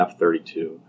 F32